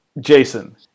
Jason